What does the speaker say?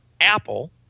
Apple